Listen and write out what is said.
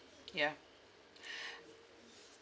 yeah